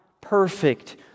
perfect